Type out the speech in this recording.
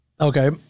Okay